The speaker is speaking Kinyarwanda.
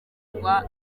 rwa